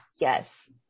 Yes